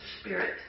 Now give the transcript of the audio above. spirit